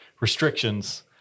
restrictions